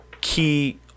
key